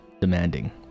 demanding